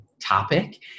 topic